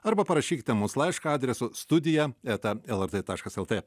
arba parašykite mums laišką adresu studija eta lrt taškas lt